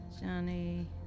Johnny